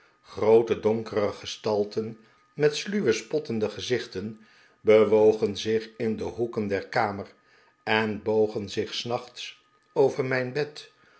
groote donkere gestalten met sluwe spottende gezichten bewogen zich in de hoeken der kamer en bogen zich s nachts over mijn bed